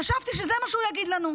חשבתי שזה מה שהוא יגיד לנו.